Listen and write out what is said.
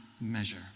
measure